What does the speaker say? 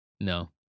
No